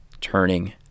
turning